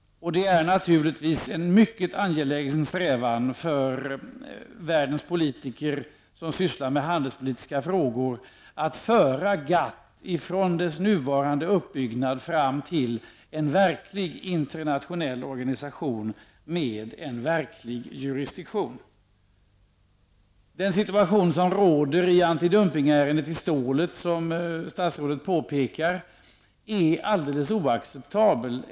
Det är naturligtvis en mycket angelägen strävan för världens politiker som sysslar med handelspolitiska frågor att föra GATT från dess nuvarande uppbyggnad fram till en verklig internationell organisation med en verklig jurisdiktion. Den situation som råder i antidumpningsärendet angående vissa stålprodukter, som statsrådet påpekar, är alldeles oacceptabel.